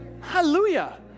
Hallelujah